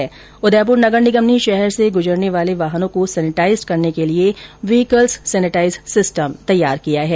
इधर उदयपुर नगर निगम ने शहर से गुजरने वाले वाहनों को सैनेटाइज्ड करने के लिए व्हीकल्स सैनेटाइज सिस्टम तैयार किया है